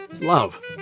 Love